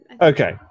okay